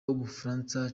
w’ubufaransa